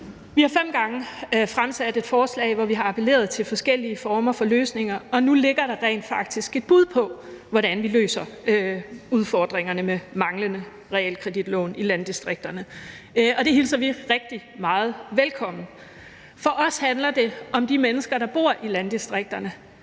Vi har fem gange fremsat et forslag, hvor vi har appelleret til forskellige former for løsninger, og nu ligger der rent faktisk et bud på, hvordan vi løser udfordringerne med manglende realkreditlån i landdistrikterne, og det hilser vi rigtig meget velkommen. For os handler det om de mennesker, der bor i landdistrikterne.